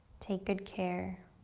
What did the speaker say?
take good care.